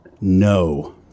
No